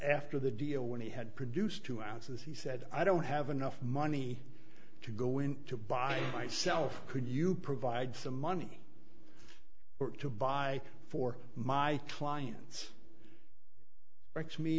after the deal when he had produced two ounces he said i don't have enough money to go into by myself could you provide some money or to buy for my clients